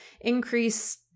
increase